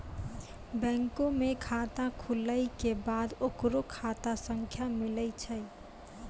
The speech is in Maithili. बैंको मे खाता खुलै के बाद ओकरो खाता संख्या मिलै छै